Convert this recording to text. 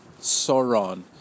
Sauron